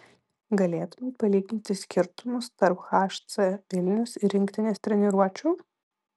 galėtumei palyginti skirtumus tarp hc vilnius ir rinktinės treniruočių